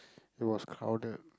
it was crowded